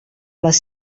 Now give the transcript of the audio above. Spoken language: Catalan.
les